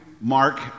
Mark